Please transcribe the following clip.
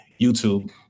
YouTube